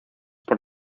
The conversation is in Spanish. por